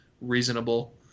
reasonable